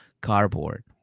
cardboard